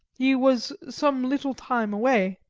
he was some little time away,